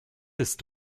bist